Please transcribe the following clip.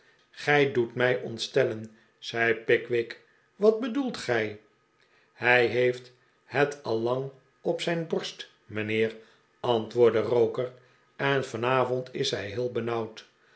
gij doet mij ontstellen zei pickwick wat bedoelt gij hij heeft het al lang op de borst mijnheer antwoordde roker en vanavond is hij erg benauwd